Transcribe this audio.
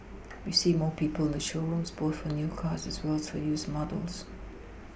we see more people in the showrooms both for new cars as well as for used models